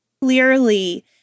clearly